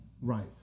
right